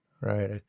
Right